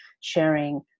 sharing